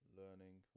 learning